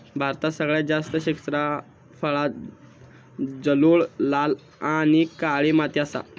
भारतात सगळ्यात जास्त क्षेत्रफळांत जलोळ, लाल आणि काळी माती असा